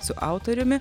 su autoriumi